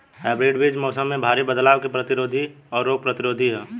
hybrid बीज मौसम में भारी बदलाव के प्रतिरोधी और रोग प्रतिरोधी ह